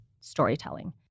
storytelling